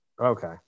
Okay